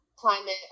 climate